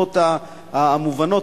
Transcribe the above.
מהסיבות המובנות.